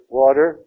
water